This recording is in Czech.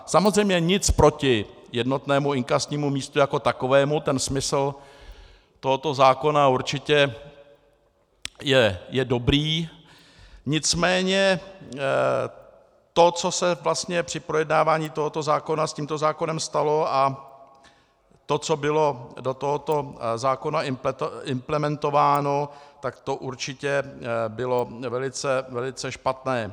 Samozřejmě, nic proti jednotnému inkasnímu místu jako takovému, smysl tohoto zákona určitě je dobrý, nicméně to, co se vlastně při projednávání tohoto zákona s tímto zákonem stalo, a to, co bylo do tohoto zákona implementováno, tak to určitě bylo velice špatné.